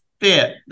fit